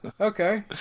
okay